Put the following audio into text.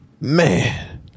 man